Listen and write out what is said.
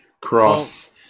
cross